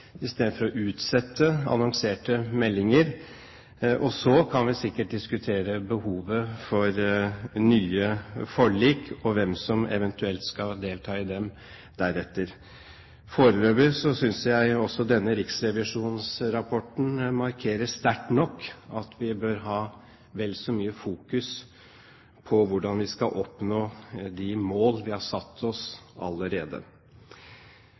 istedenfor å utsette annonserte meldinger. Så kan vi sikkert diskutere behovet for nye forlik – og deretter hvem som eventuelt skal delta i dem. Foreløpig synes jeg også denne riksrevisjonsrapporten markerer sterkt nok at vi bør fokusere vel så mye på hvordan vi skal oppnå de mål vi allerede har satt oss.